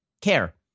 care